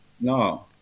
No